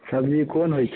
सबजी कोन होइत छै